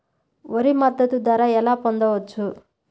వరి మద్దతు ధర ఎలా పొందవచ్చు?